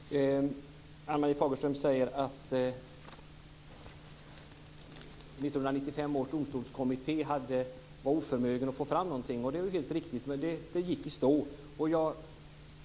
Fru talman! Ann-Marie Fagerström säger att 1995 års domstolskommitté var oförmögen att få fram någonting. Det är helt riktigt; det gick i stå.